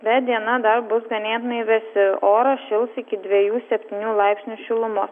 bet diena dar bus ganėtinai vėsi oras šils iki dvejų septynių laipsnių šilumos